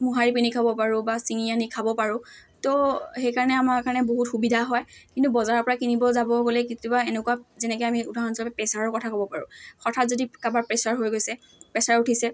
মোহাৰি পিনি খাব পাৰোঁ বা ছিঙি আনি খাব পাৰোঁ তো সেইকাৰণে আমাৰ কাৰণে বহুত সুবিধা হয় কিন্তু বজাৰৰ পৰা কিনিব যাব গ'লে কেতিয়াবা এনেকুৱা যেনেকৈ আমি উদাহৰণস্বৰূপে প্ৰেছাৰৰ কথা ক'ব পাৰোঁ হঠাৎ যদি কাৰোবাৰ প্ৰেছাৰ হৈ গৈছে প্ৰেছাৰ উঠিছে